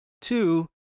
Two